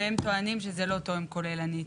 והם טוענים שזה לא תואם כוללנית.